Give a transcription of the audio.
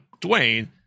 Dwayne